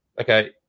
okay